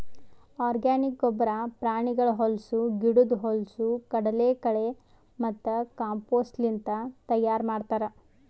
organic ಗೊಬ್ಬರ ಪ್ರಾಣಿಗಳ ಹೊಲಸು, ಗಿಡುದ್ ಹೊಲಸು, ಕಡಲಕಳೆ ಮತ್ತ ಕಾಂಪೋಸ್ಟ್ಲಿಂತ್ ತೈಯಾರ್ ಮಾಡ್ತರ್